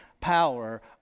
Power